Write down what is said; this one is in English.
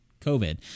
COVID